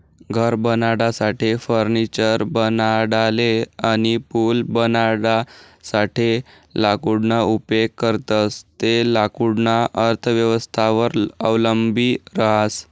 घर बनाडासाठे, फर्निचर बनाडाले अनी पूल बनाडासाठे लाकूडना उपेग करतंस ते लाकूडना अर्थव्यवस्थावर अवलंबी रहास